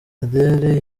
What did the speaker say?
adele